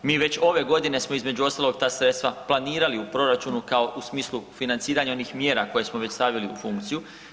Mi već ove godine smo između ostalog ta sredstva planirali u proračunu kao u smislu financiranja onih mjera koje smo već stavili u funkciju.